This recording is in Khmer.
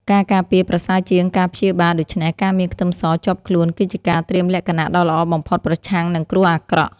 ការការពារប្រសើរជាងការព្យាបាលដូច្នេះការមានខ្ទឹមសជាប់ខ្លួនគឺជាការត្រៀមលក្ខណៈដ៏ល្អបំផុតប្រឆាំងនឹងគ្រោះអាក្រក់។